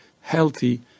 healthy